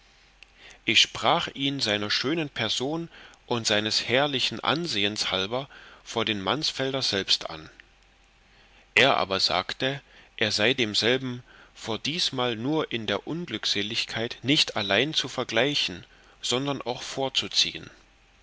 ich sprach ihn seiner schönen person und seines herrlichen ansehens halber vor den mansfelder selbst an er aber sagte er sei demselben vor diesmal nur in der unglückseligkeit nicht allein zu vergleichen sondern auch vorzuziehen